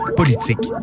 politique